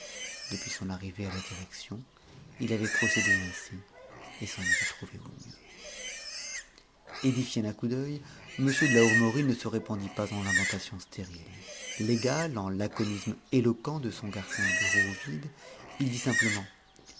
depuis son arrivée à la direction il avait procédé ainsi et s'en était trouvé au mieux édifié d'un coup d'œil m de la hourmerie ne se répandit pas en lamentations stériles l'égal en laconisme éloquent de son garçon de bureau ovide il dit simplement